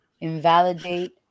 invalidate